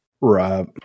right